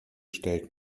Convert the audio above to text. stellt